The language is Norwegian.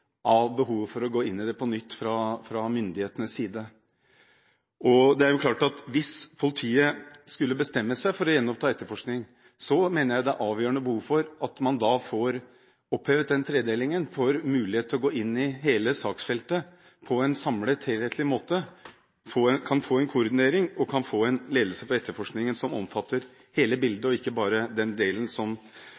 gå inn i det på nytt fra myndighetenes side. Hvis politiet skulle bestemme seg for å gjenoppta etterforskning, mener jeg det er avgjørende behov for at man da får opphevet den tredelingen, får mulighet til å gå inn i hele saksfeltet på en samlet, helhetlig måte, får en koordinering og får en ledelse av etterforskningen som omfatter hele bildet